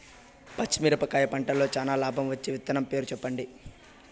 పచ్చిమిరపకాయ పంటలో చానా లాభం వచ్చే విత్తనం పేరు చెప్పండి?